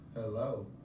Hello